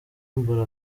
mbura